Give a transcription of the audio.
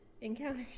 encounters